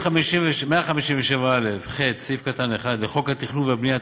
סעיף 157א(ח)(1) לחוק התכנון והבנייה